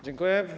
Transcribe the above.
Dziękuję.